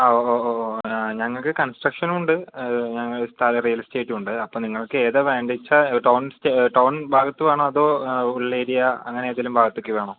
ആ ഓ ഓ ഞങ്ങൾക്ക് കൺസ്ട്രക്ഷനുമുണ്ട് ഞങ്ങൾ സ്ഥല റിയൽ എസ്റ്റേറ്റും ഉണ്ട് അപ്പം നിങ്ങൾക്കേതാണ് വേണ്ടതെന്ന് വെച്ചാൽ ടോൺ സ്റ്റേ ടൌൺ ഭാഗത്ത് വേണോ അതോ ഉൾ ഏരിയ അങ്ങനേതേലും ഭാഗത്തേക്ക് വേണോ